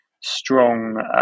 strong